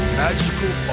magical